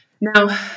Now